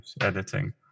editing